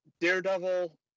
Daredevil